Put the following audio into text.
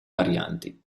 varianti